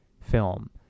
Film